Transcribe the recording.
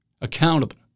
accountable